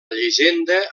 llegenda